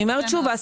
אני אומרת שוב,